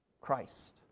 Christ